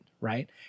right